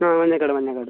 ആ മഞ്ഞ കാഡാ മഞ്ഞ കാഡ്